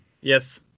Yes